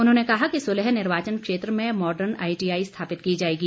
उन्होंने कहा कि सुलह निर्वाचन क्षेत्र में मॉड्रन आईटीआई स्थापित की जाएगी